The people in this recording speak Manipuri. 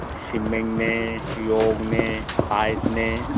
ꯁꯤꯃꯦꯟꯅꯦ ꯌꯣꯠꯅꯦ ꯇꯥꯏꯁꯅꯦ